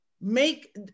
make